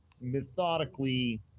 methodically